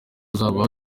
azaba